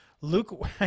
Luke –